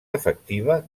efectiva